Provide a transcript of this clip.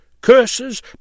curses